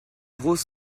roses